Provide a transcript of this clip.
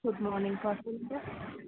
good morning பா சொல்லுங்கள்